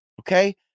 Okay